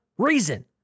Reason